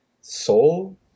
soul